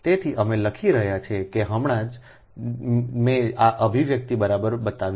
તેથી અમે લખી રહ્યા છીએ કે હમણાં જ મેં આ અભિવ્યક્તિ બરાબર બતાવી